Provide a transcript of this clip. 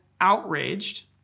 outraged